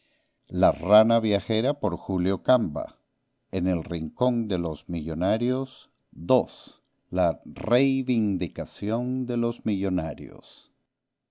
anatole france vi el jugador objetivo en el rincón de los millonarios i el hierro ii la reivindicación de los millonarios iii